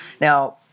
Now